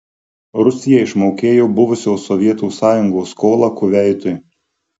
rusija išmokėjo buvusios sovietų sąjungos skolą kuveitui